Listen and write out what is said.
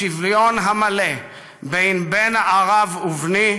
השוויון המלא בין "בן ערב ובני"